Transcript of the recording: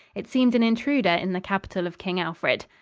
it seemed an intruder in the capital of king alfred.